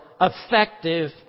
effective